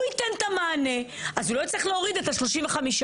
הוא ייתן את המענה והוא לא יצטרך להוריד את ה-35%.